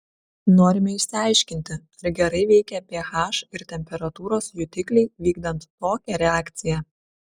norime išsiaiškinti ar gerai veikia ph ir temperatūros jutikliai vykdant tokią reakciją